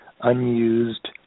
unused